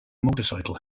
motorcycle